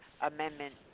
Amendment